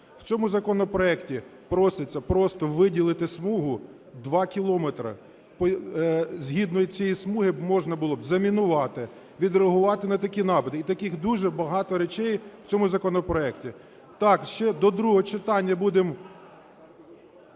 В цьому законопроекті проситься просто виділити смугу 2 кілометра. Згідно цієї смуги можна було б замінувати, відреагувати на такі напади, і таких дуже багато речей в цьому законопроекті. Так, ще до другого читання будемо